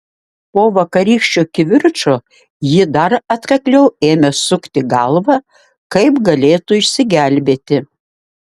po vakarykščio kivirčo ji dar atkakliau ėmė sukti galvą kaip galėtų išsigelbėti